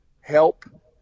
help